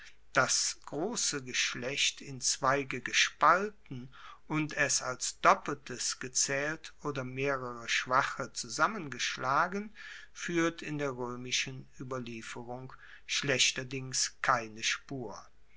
das grosse geschlecht in zweige gespalten und es als doppeltes gezaehlt oder mehrere schwache zusammengeschlagen fuehrt in der roemischen ueberlieferung schlechterdings keine spur